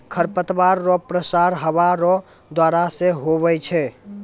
खरपतवार रो प्रसार हवा रो द्वारा से हुवै छै